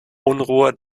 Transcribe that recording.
unruhe